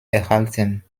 erhalten